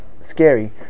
scary